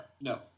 No